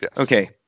Okay